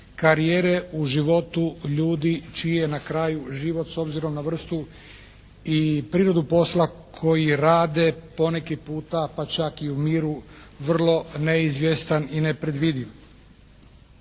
karijere u životu ljudi čiji je na kraju život s obzirom na vrstu i prirodu posla koji rade poneki puta pa čak i u miru vrlo neizvjestan i nepredvidiv.